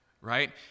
right